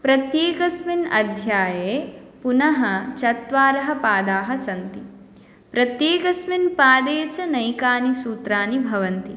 प्रत्येकस्मिन् अध्याये पुनः चत्वारः पादाः सन्ति प्रत्येकस्मिन् पादे च नैकानि सूत्राणि भवन्ति